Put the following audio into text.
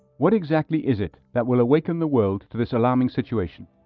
what exactly is it that will awaken the world to this alarming situation?